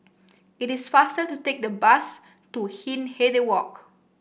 it is faster to take the bus to Hindhede Walk